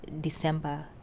December